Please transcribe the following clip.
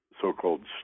so-called